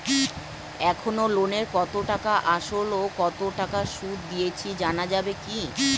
এখনো লোনের কত টাকা আসল ও কত টাকা সুদ দিয়েছি জানা যাবে কি?